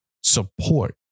Support